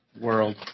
World